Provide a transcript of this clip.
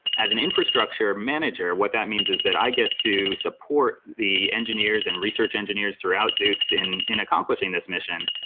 as an infrastructure manager, what that means is that i get to support the engineers and research engineers throughout zoox in in accomplishing this mission.